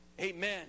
Amen